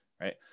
Right